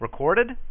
recorded